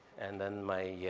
and then my